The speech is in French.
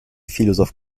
philosophes